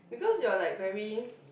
because you are like very